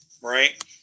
right